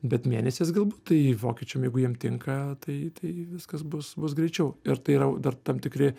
bet mėnesiais galbūt tai vokiečių jeigu jiem tinka tai tai viskas bus bus greičiau ir tai yra dar tam tikri